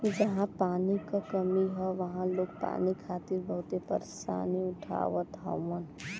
जहां पानी क कमी हौ वहां लोग पानी खातिर बहुते परेशानी उठावत हउवन